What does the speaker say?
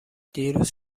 دیروز